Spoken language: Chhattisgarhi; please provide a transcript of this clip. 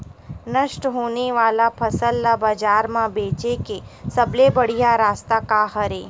नष्ट होने वाला फसल ला बाजार मा बेचे के सबले बढ़िया रास्ता का हरे?